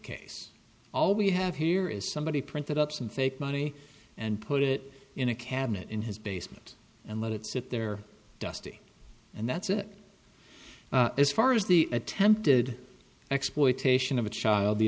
case all we have here is somebody printed up some fake money and put it in a cabinet in his basement and let it sit there dusty and thats it as far as the attempted exploitation of a child the